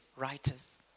writers